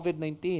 COVID-19